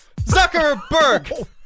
Zuckerberg